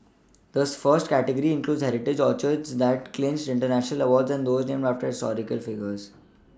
the first category includes heritage orchids that clinched international awards and those named after historical figures